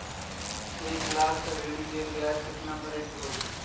एक लाख ऋन के ब्याज केतना भरे के होई?